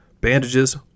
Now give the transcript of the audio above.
bandages